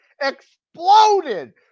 exploded